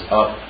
up